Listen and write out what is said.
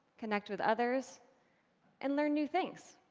connect with others and learn new things.